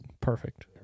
Perfect